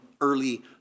early